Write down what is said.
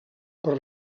per